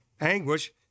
Anguish